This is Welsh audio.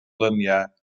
luniau